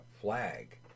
flag